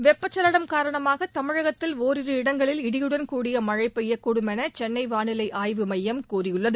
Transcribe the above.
வெப்ப சலனம் காரணமாக தமிழகத்தில் ஒரிரு இடங்களில் இடியுடன் கூடிய மழை பெய்யக்கூடும் என சென்னை வானிலை மையம் தெரிவித்துள்ளது